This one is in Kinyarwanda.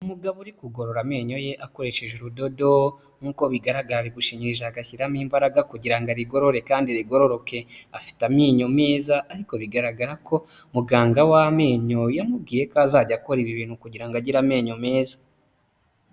Umugabo uri kugorora amenyo ye akoresheje urudodo, nkuko bigaragara ari gushinyiriza agashyiramo imbaraga kugira ngo arigorore kandi rigororoke. Afite amenyo meza ariko bigaragara ko muganga w'amenyo yamubwiye ko azajya akora ibi bintu kugira ngo agire amenyo meza.